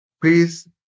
Please